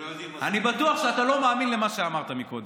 אני בטוח שאתה לא מאמין למה שאמרת קודם,